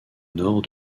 nord